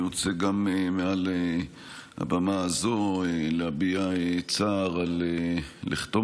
אני רוצה גם מעל הבמה הזו להביע צער על לכתו